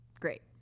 great